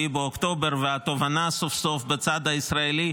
באוקטובר והתובנה סוף סוף בצד הישראלי,